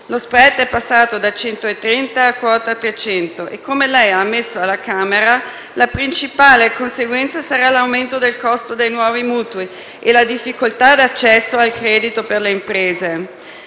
Lo *spread* è passato da 130 a quota 300 e, come lei ha ammesso alla Camera dei deputati, la principale conseguenza sarà l'aumento del costo dei nuovi mutui e la difficoltà di accesso al credito per le imprese.